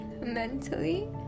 mentally